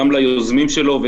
גם ליוזמים שלו ,